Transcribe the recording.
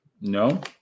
No